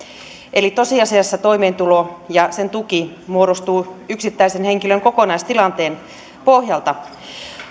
eli tosiasiassa toimeentulo ja sen tuki muodostuu yksittäisen henkilön kokonaistilanteen pohjalta